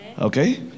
Okay